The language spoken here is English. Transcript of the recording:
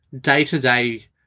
day-to-day